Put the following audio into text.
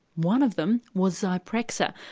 one of them was zyprexa,